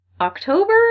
October